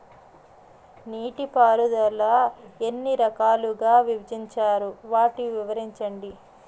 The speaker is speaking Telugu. నీటిపారుదల ఎన్ని రకాలుగా విభజించారు? వాటి వివరించండి?